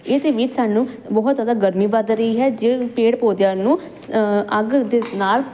ਇਹਦੇ ਵਿੱਚ ਸਾਨੂੰ ਬਹੁਤ ਜਿਆਦਾ ਗਰਮੀ ਵੱਧ ਰਹੀ ਹੈ ਜ ਪੇੜ ਪੌਦਿਆਂ ਨੂੰ ਅੱਗ ਦੇ ਨਾਲ